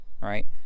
Right